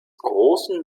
großen